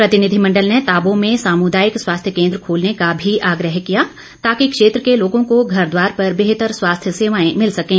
प्रतिनिधिमंडल ने ताबो में सामुदायिक स्वास्थ्य केन्द्र खोलने का भी आग्रह किया ताकि क्षेत्र के लोगों को घर द्वार पर बेहतर स्वास्थ्य सेवाएं मिल सकें